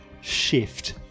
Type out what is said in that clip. shift